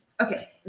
Okay